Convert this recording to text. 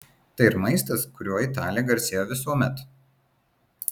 tai ir maistas kuriuo italija garsėjo visuomet